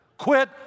Quit